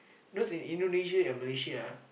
those in Indonesia and Malaysia ah